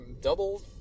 double